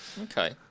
Okay